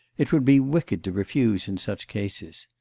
it would be wicked to refuse in such cases.